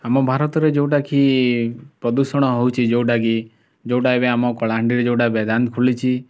ଆମ ଭାରତରେ ଯେଉଁଟାକି ପ୍ରଦୂଷଣ ହଉଛି ଯେଉଁଟାକି ଯେଉଁଟା ଏବେ ଆମ କଳାହାଣ୍ଡିରେ ବେଦାନ୍ତ ଖୋଲିଛି